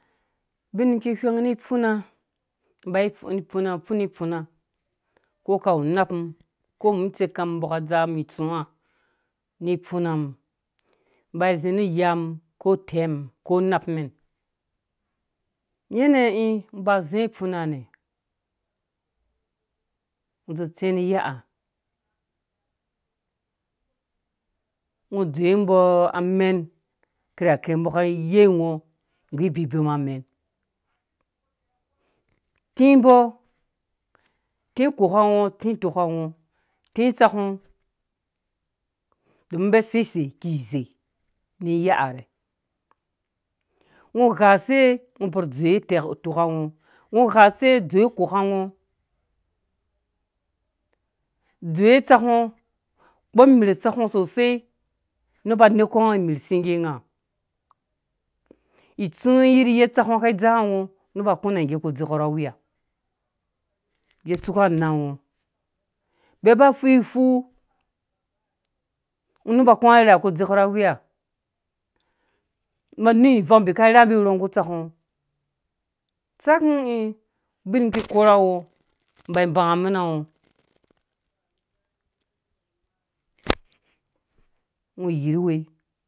Ubin ki whɛng ni ifuna mba funa funa ka kawce napmum ko mum tsekam mbɔ ka dzaa mum itsũwã ni funa mum mba zĩ ni iyamum ko utɛm ko unapmɛn nynɛ ĩ ba zĩngo ifunanɛ ngɔ zo tsingo nu iyaha ngo dzowe mbo amɛn kirakɛ mbɔ kai yengo nggu bibema mɛn tĩ mbɔ tĩ koka ngɔ tĩ otaka mgɔ tĩ tsak ngɔ domin mbi seisei ki ze ni iyaha rhe ngɔ gha se ngo bɔr dzowe utoka ngɔ ngɔ gha se dzomwe koka ngɔ dzowe tsak ngɔ kpɔm imer tsak ngɔ sosei ne ba neku kɔga imer tsĩngge nga itsũwã yiryɛ tsak ngɔ kai dzaa ngz neba kuna ngge kũ dzekɔ na wiya yei tduka anaa ngɔ mbi fupufu ngɔ neba kũ arherheha kũ dzekɔ rha wiya manu ni ivang mbi kai rambirɔ nggu utsakngɔ tsakũ ĩ ubin ki korha ngɔ mba banga amɛna ngɔ ngɔ yirhuwɛ.